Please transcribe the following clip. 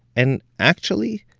and actually,